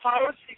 policy